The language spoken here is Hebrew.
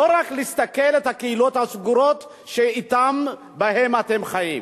לא רק להסתכל על הקהילות הסגורות שבהן אתם חיים.